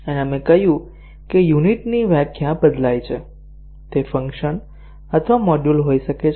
અને આપણે કહ્યું કે યુનિટ ની વ્યાખ્યા બદલાય છે તે ફંક્શન અથવા મોડ્યુલ હોઈ શકે છે